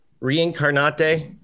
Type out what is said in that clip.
Reincarnate